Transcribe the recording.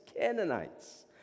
Canaanites